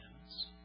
hands